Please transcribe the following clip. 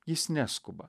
jis neskuba